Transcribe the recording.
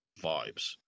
vibes